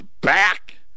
back